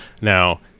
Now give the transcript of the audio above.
Now